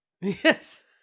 Yes